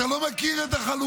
אתה לא מכיר את החלוקה,